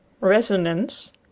Resonance